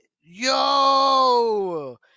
Yo